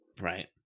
right